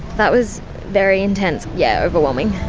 that was very intense. yeah, overwhelming.